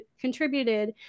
contributed